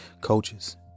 coaches